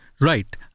Right